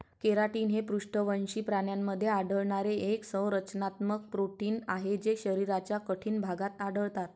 keratin हे पृष्ठवंशी प्राण्यांमध्ये आढळणारे एक संरचनात्मक प्रोटीन आहे जे शरीराच्या कठीण भागात आढळतात